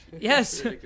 Yes